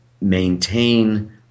maintain